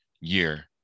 year